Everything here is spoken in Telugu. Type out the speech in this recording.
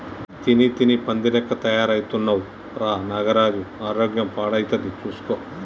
తిని తిని పంది లెక్క తయారైతున్నవ్ రా నాగరాజు ఆరోగ్యం పాడైతది చూస్కో